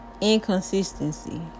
Inconsistency